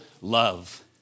love